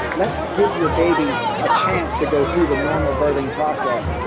let's give your baby a chance to go through the normal birthing process,